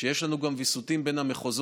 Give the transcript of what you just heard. שיש לנו גם ויסותים בין המחוזות.